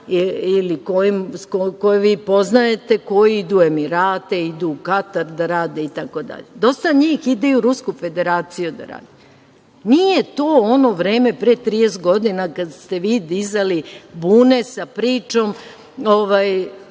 ili koje vi poznajete koji idu u Emirate, idu u Katar da rade itd. Dosta njih ide i u Rusku Federaciju da rade. Nije to ono vreme pre 30 godina kada ste vi dizali bune sa pričom